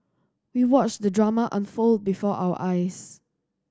we watched the drama unfold before our eyes